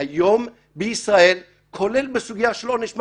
שהיום בישראל כולל בסוגיה של עונש מוות.